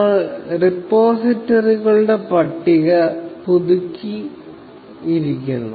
നമ്മൾ റിപ്പോസിറ്ററികളുടെ പട്ടിക പുതുക്കി ഇരിക്കുന്നു